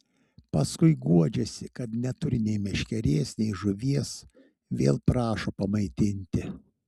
paskui guodžiasi kad neturi nei meškerės nei žuvies vėl prašo pamaitinti